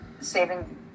Saving